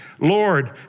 Lord